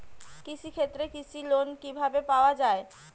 কৃষি ক্ষেত্রে কৃষি লোন কিভাবে পাওয়া য়ায়?